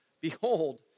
behold